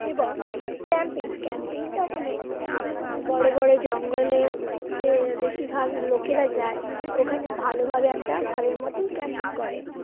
এবং ক্যাম্পিং ক্যাম্পিংটা হলো বড়ো বড়ো জঙ্গলে বেশিরভাগ লোকেরা যায় ওখানে ভালোভাবে একটা ঘরের মতন ক্যাম্পিং করে